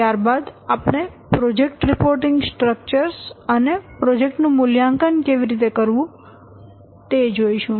ત્યાર બાદ આપણે પ્રોજેક્ટ રિપોર્ટિંગ સ્ટ્રક્ચર્સ અને પ્રોજેક્ટ નું મૂલ્યાંકન કેવી રીતે કરવું તે જોઈશું